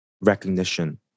recognition